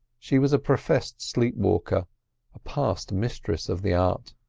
she was a professed sleepwalker a past mistress of the art.